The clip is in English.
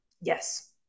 Yes